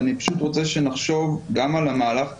אני פשוט רוצה שנחשוב גם על המהלך קדימה.